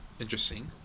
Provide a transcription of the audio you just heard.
Interesting